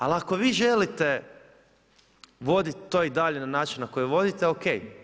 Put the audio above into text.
A ako vi želite, voditi to i dalje na način na koji vodite, ok.